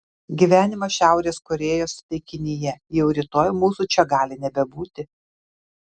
gyvenimas šiaurės korėjos taikinyje jau rytoj mūsų čia gali nebebūti